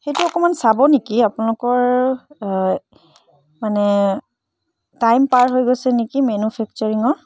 সেইটো অকণমান চাব নেকি আপোনালোকৰ মানে টাইম পাৰ হৈ গৈছে নেকি মেনুফেক্সাৰিঙৰ